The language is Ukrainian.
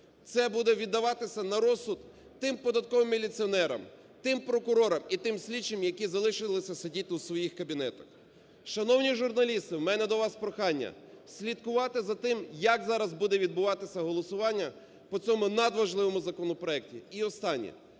Це буде віддаватися на розсуд тим податковим міліціонерам, тим прокурорам і тим слідчим, які залишилися сидіти у своїх кабінетах. Шановні журналісти, в мене до вас прохання, слідкувати за тим як зараз буде відбуватися голосування по цьому надважливому законопроекті.